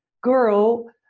girl